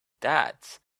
dad’s